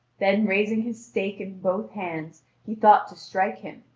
then raising his stake in both hands, he thought to strike him,